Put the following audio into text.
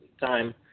time